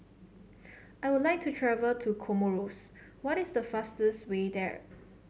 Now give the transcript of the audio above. I would like to travel to Comoros what is the fastest way there